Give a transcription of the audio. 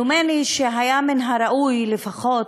כמדומני שהיה מן הראוי לפחות,